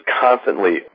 constantly